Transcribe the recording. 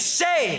say